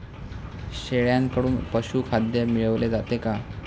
शेळ्यांकडून पशुखाद्य मिळवले जाते का?